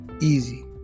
Easy